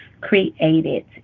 created